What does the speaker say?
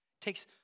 Takes